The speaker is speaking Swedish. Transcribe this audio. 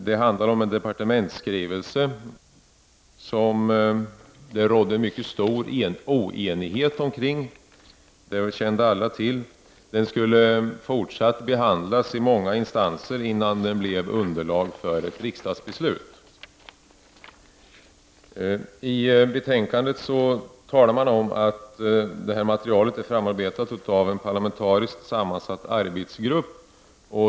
Det handlar om en departementsskrivelse om vilken det råder mycket stor oenighet. Detta kände alla till. Skrivelsen skulle fortsatt behandlas i många instanser innan den blev underlag för ett riksdagsbeslut. I utskottsbetänkandet sägs att detta material arbetas fram av en parlamentariskt sammansatt arbetsgrupp.